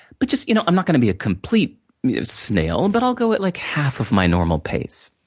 but just, you know i'm not gonna be a complete snail, and but i'll go at, like, half of my normal pace.